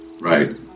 right